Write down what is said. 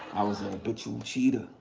i was a habitual cheater.